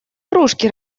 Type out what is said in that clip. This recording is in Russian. кружки